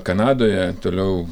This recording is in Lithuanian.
kanadoje toliau